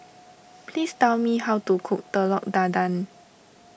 please tell me how to cook Telur Dadah